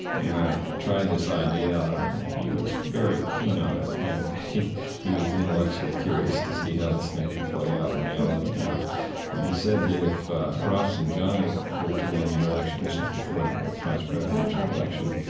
and i tried this idea out on him, and he was very keen on it. and he was intellectually curious to see how this thing could play out in reality, you know and he said that if rafsanjani were to win the election this was before their last presidential election,